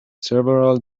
several